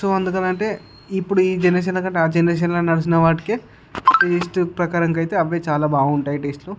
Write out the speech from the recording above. so అందుకని అంటే ఇప్పుడు ఈ జనరేషన్ల కంటే ఆ జనరేషన్ల నడిచిన వాటికి టేస్ట్ ప్రకారంగా అయితే అవి చాలా బాగుంటాయి టేస్ట్లో